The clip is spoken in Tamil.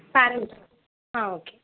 பேரண்ட்ஸ் ஆ ஓகே